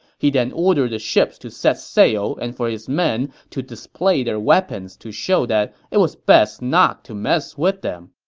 he then ordered the ships to set sail and for his men to display their weapons to show that it was best not to mess with them.